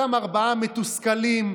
אותם ארבעה מתוסכלים,